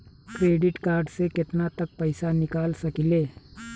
Credit card से केतना तक पइसा निकाल सकिले?